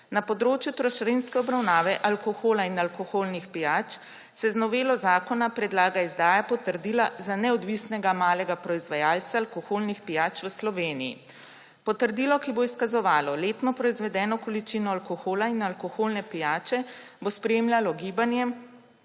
Na področju trošarinske obravnave alkohola in alkoholnih pijač se z novelo zakona predlaga izdaja potrdila za neodvisnega malega proizvajalca alkoholnih pijač v Sloveniji. Potrdilo, ki bo izkazovalo letno proizvedeno količino alkohola in alkoholne pijače, bo spremljalo gibanje